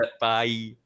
Bye